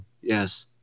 Yes